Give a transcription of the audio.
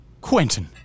Quentin